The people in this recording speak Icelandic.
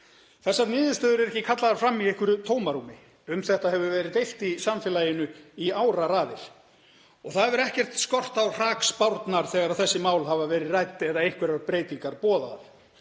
Þessar niðurstöður eru ekki kallaðar fram í einhverju tómarúmi. Um þetta hefur verið deilt í samfélaginu í áraraðir. Það hefur ekkert skort á hrakspárnar þegar þessi mál hafa verið rædd eða einhverjar breytingar boðaðar.